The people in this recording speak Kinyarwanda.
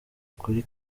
ukuri